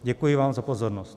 Děkuji vám za pozornost.